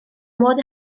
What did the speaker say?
modd